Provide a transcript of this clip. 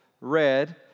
read